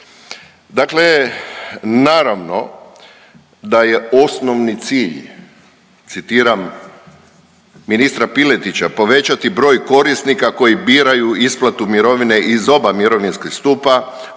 Dakle, naravno da je osnovni cilj citiram ministra Piletića „povećati broj korisnika koji biraju isplatu mirovine iz oba mirovinska stupa